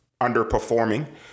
underperforming